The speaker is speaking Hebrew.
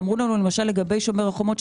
ואמרו לנו לגבי שומר החומות,